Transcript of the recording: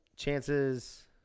Chances